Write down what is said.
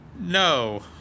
No